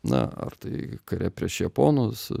na ar tai kare prieš japonus